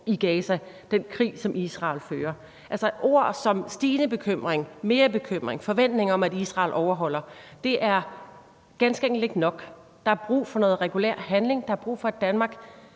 i Gaza, og den krig, som Israel fører? Altså, ord som stigende bekymring, mere bekymring og forventning om, at Israel overholder det, er ganske enkelt ikke nok. Der er brug for noget regulær handling; der er brug for, at Danmark